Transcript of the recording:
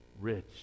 Rich